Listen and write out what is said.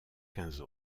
quinze